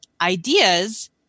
ideas